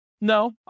No